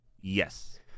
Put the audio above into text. Yes